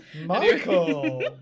Michael